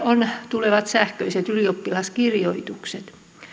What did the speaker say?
on tulevat sähköiset ylioppilaskirjoitukset